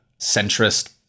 centrist